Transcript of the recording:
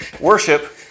worship